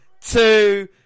two